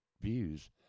views